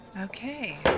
Okay